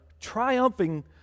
triumphing